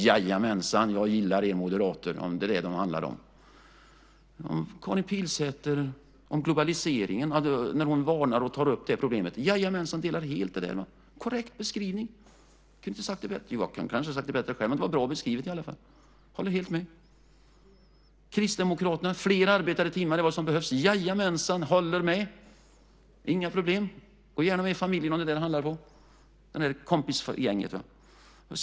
Jajamensan, jag gillar er moderater, om det är det som det handlar om. Karin Pilsäter varnade för globaliseringen och tog upp det problemet. Jajamensan, det delar jag helt. Det är korrekt beskrivning. Jag hade kanske kunnat säga det bättre själv, men det var i alla fall en bra beskrivning. Jag håller helt med. Kristdemokraterna säger: Fler arbetade timmar är vad som behövs. Jajamensan, jag håller med. Inga problem. Jag går gärna med i kompisgänget om det är det som det handlar om.